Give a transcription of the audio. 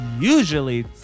usually